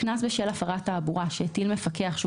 קנס בשל הפרת תעבורה שהטיל מפקח שהוא